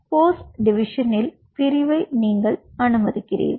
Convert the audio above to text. post டிவிஷனில் பிரிவை நீங்கள் அனுமதிக்கிறீர்கள்